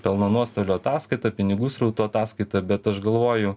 pelno nuostolio ataskaita pinigų srautų ataskaita bet aš galvoju